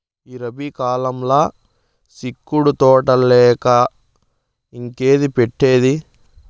ఈ రబీ కాలంల సిక్కుడు తోటలేయక ఇంకేంది పెట్టేది